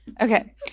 okay